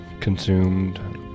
consumed